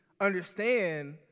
understand